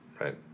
Right